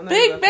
Big